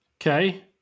Okay